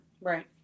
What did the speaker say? Right